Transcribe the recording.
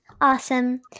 Awesome